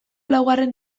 laugarren